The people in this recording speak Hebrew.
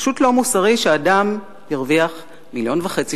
פשוט לא מוסרי שאדם ירוויח מיליון וחצי